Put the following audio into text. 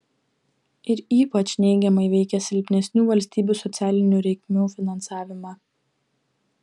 ir ypač neigiamai veikia silpnesnių valstybių socialinių reikmių finansavimą